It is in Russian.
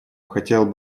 хотел